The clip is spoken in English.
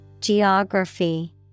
Geography